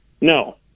No